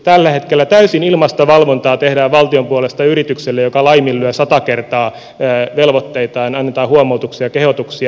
tällä hetkellä tehdään täysin ilmaista valvontaa valtion puolesta yritykselle joka laiminlyö sata kertaa velvoitteitaan ja annetaan huomautuksia ja kehotuksia